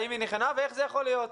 האם היא נכונה ואיך זה יכול להיות?